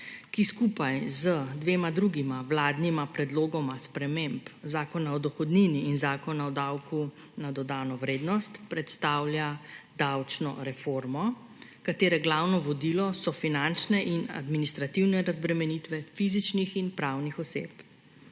ki skupaj z dvema drugima vladnima predlogoma sprememb, Zakona o dohodnini in Zakona o davku na dodano vrednost, predstavlja davčno reformo, katere glavno vodilo so finančne in administrativne razbremenitve fizičnih in pravnih oseb.